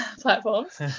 platforms